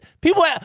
People